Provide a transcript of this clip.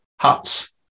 huts